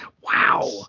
Wow